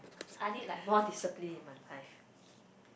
I need like more discipline in my life